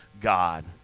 God